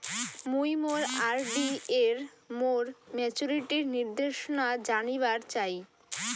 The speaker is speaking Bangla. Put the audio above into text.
মুই মোর আর.ডি এর মোর মেচুরিটির নির্দেশনা জানিবার চাই